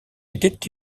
était